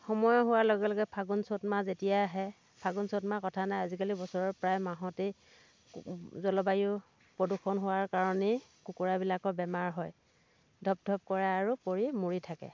সময় হোৱাৰ লগে লগে ফাগুণ চ'ত মাহ যেতিয়াই আহে ফাগুণ চ'ত মাহ কথা নাই আজিকালি বছৰৰ প্ৰায় মাহতেই জলবায়ু প্ৰদূষণ হোৱাৰ কাৰণেই কুকুৰাবিলাকৰ বেমাৰ হয় ঢপ ঢপ কৰে আৰু পৰি মৰি থাকে